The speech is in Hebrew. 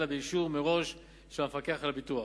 אלא באישור מראש של המפקח על הביטוח.